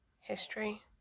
history